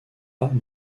pas